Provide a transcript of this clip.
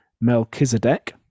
Melchizedek